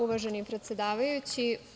uvaženi predsedavajući.